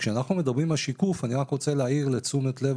כשאנחנו מדברים על שיקוף אני רק רוצה להעיר לתשומת לב